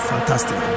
Fantastic